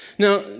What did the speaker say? Now